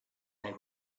they